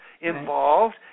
involved